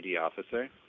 officer